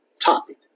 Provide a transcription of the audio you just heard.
topic